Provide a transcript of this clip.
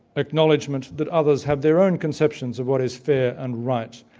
acknowledgement that others have their own conceptions of what is fair and right,